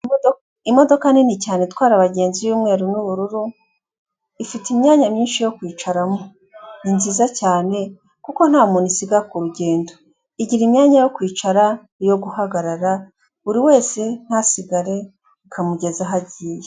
Imodoka nini cyane itwara abagenzi y'umweru n'ubururu , ifite imyanya myinshi yo kwicaramo , ni nziza cyane kuko nta muntu isiga ku rugendo. Igira imyanya yo kwicara, iyo guhagarara buri wese ntasigare ikamugeza aho agiye.